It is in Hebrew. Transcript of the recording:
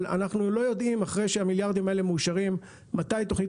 אבל אנחנו לא יודעים אחרי שהם מאושרים מתי תוכנית